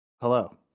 Hello